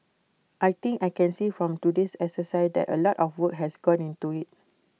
I think I can see from today's exercise that A lot of work has gone into IT